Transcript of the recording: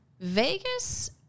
Vegas